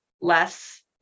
less